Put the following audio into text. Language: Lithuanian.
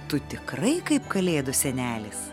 tu tikrai kaip kalėdų senelis